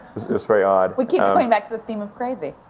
it was very odd. we keep coming back to the theme of crazy.